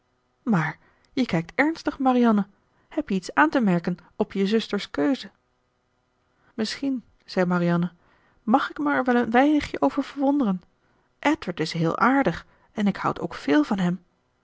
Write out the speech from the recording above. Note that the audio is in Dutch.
maar je kijkt ernstig marianne heb je iets aan te merken op je zuster's keuze misschien zei marianne mag ik mij er wel een weinigje over verwonderen edward is heel aardig en ik houd ook veel van hem